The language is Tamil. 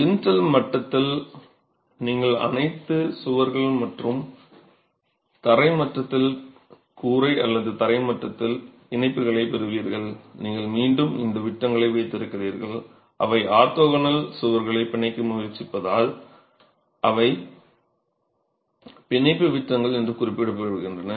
லிண்டல் மட்டத்தில் நீங்கள் அனைத்து சுவர்கள் மற்றும் தரை மட்டத்தில் கூரை அல்லது தரை மட்டத்தில் இணைப்புகளைப் பெறுவீர்கள் நீங்கள் மீண்டும் இந்த விட்டங்களை வைத்திருக்கிறீர்கள் அவை ஆர்த்தோகனல் சுவர்களை பிணைக்க முயற்சிப்பதால் அவை பிணைப்பு விட்டங்கள் என்று குறிப்பிடப்படுகின்றன